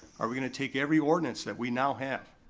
are we gonna take every ordinance that we now have,